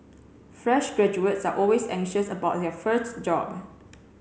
fresh graduates are always anxious about their first job